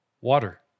Water